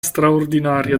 straordinaria